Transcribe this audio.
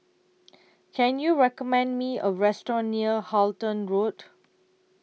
Can YOU recommend Me A Restaurant near Halton Road